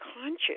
Conscious